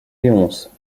léonce